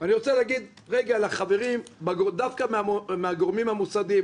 אני רוצה להגיד רגע דווקא לחברים מהגורמים המוסדיים,